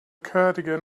cardigan